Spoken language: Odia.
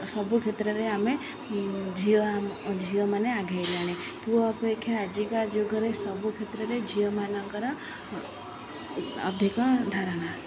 ସବୁ କ୍ଷେତ୍ରରେ ଆମେ ଝିଅ ଝିଅମାନେ ଆଗେଇଲେଣି ପୁଅ ଅପେକ୍ଷା ଆଜିକା ଯୁଗରେ ସବୁ କ୍ଷେତ୍ରରେ ଝିଅମାନଙ୍କର ଅଧିକ ଧାରଣା